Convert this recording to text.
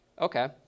okay